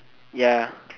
ya